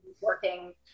working